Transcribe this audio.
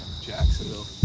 Jacksonville